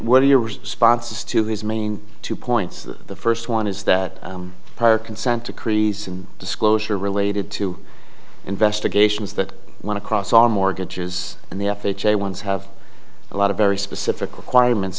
are your responses to his main two points the first one is that prior consent decrees and disclosure related to investigations that one across all mortgages and the f h a ones have a lot of very specific requirements